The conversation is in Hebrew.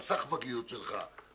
בסחבקיות שלך,